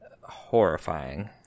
horrifying